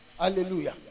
Hallelujah